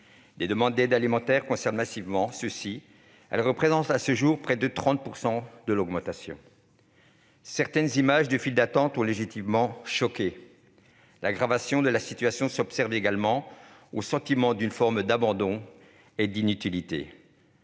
Des demandes d'aide alimentaire les concernent massivement. Elles représentent à ce jour près de 30 % de l'augmentation. Certaines images de files d'attente ont légitimement choqué. L'aggravation de la situation s'observe également avec le sentiment d'une forme d'abandon et d'inutilité.